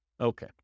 Okay